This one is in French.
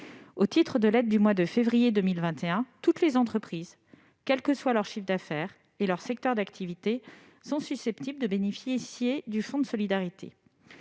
Au titre de l'aide du mois de février 2021, toutes les entreprises, quels que soient leur chiffre d'affaires et leur secteur d'activité, sont susceptibles de bénéficier du fonds de solidarité.